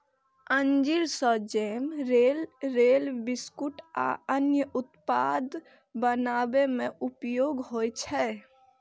अंजीर सं jam, roll, biscuit आ अन्य उत्पाद बनाबै मे उपयोग होइ छै